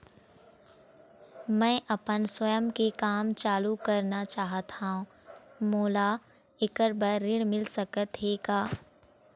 मैं आपमन स्वयं के काम चालू करना चाहत हाव, मोला ऐकर बर ऋण मिल सकत हे का?